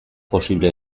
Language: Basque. posible